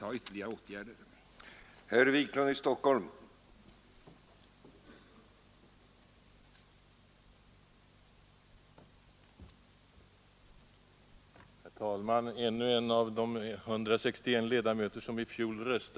Jag hoppas att åtgärder snarast vidtages.